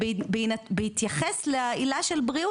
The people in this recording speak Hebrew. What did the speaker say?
ובהתייחס לעילה של בריאות,